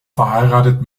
verheiratet